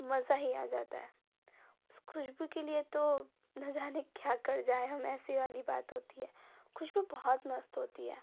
मज़ा ही आ जाता है इस खुशबू के लिए तो न जाने क्या कर जाएँ हम ऐसी वाली बात होती है खुशबू बहुत मस्त होती है